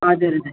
हजुर हजुर